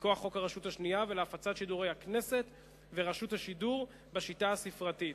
מכוח חוק הרשות השנייה ולהפצת שידורי הכנסת ורשות השידור בשיטה הספרתית.